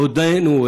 הודינו,